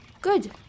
Good